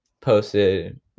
posted